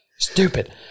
Stupid